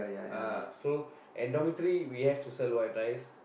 ah so and dormitory we have to sell white rice